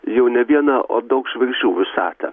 jau ne vieną o daug žvaigždžių visatą